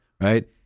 Right